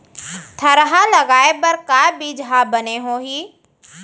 थरहा लगाए बर का बीज हा बने होही?